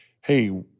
hey